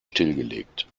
stillgelegt